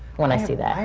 when i see that.